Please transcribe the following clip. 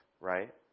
right